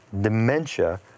dementia